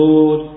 Lord